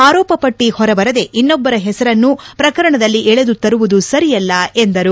ಆರೋಪಪಟ್ಟಿ ಹೊರಬರದೆ ಇನ್ನೊಬ್ಬರ ಹೆಸರನ್ನು ಪ್ರಕರಣದಲ್ಲಿ ಎಳೆದು ತರುವುದು ಸರಿಯಲ್ಲ ಎಂದರು